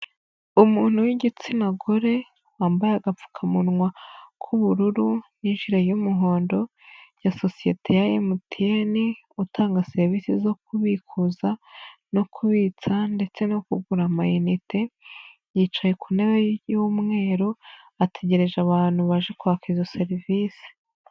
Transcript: Umuntu w'igitsina gore, wambaye agapfukamunwa k'ubururu n'ijiumuhondo, ya sosiyete ya MTN, utanga serivisi zo kubikuza no kubitsa ndetse no kugura amayinite, yicaye ku ntebe y'mweru ategereje abantu baje kwaka izo serivisi.